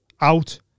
Out